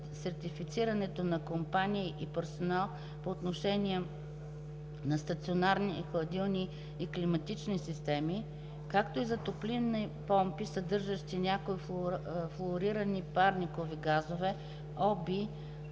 сертифицирането на компании и персонал по отношение на стационарни хладилни и климатични системи, както и за топлинни помпи, съдържащи някои флуорирани парникови газове